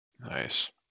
Nice